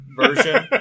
version